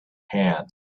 hand